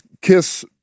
Kiss